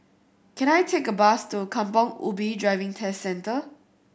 can I take a bus to Kampong Ubi Driving Test Centre